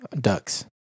Ducks